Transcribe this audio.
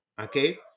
okay